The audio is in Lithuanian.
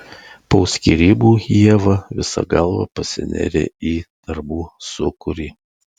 po skyrybų ieva visa galva pasinėrė į darbų sūkurį